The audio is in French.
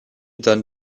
donne